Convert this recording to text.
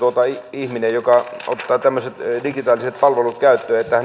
ihminen joka ottaa tämmöiset digitaaliset palvelut käyttöön